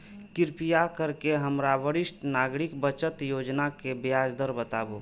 कृपा करके हमरा वरिष्ठ नागरिक बचत योजना के ब्याज दर बताबू